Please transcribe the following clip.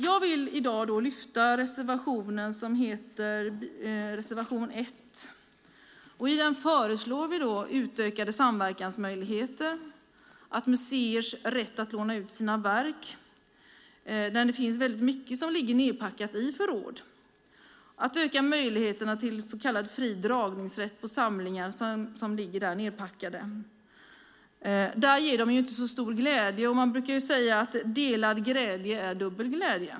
Jag vill i dag lyfta fram reservation 1. I den föreslår vi utökade samverkansmöjligheter. Museer ska ha rätt att låna ut sina verk. Det finns mycket som ligger nedpackat i förråd. Vi vill öka möjligheterna till så kallad fri dragningsrätt på samlingar som ligger nedpackade. Där ger de inte så stor glädje. Man brukar säga att delad glädje är dubbel glädje.